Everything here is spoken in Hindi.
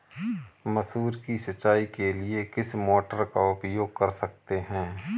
मसूर की सिंचाई के लिए किस मोटर का उपयोग कर सकते हैं?